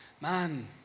Man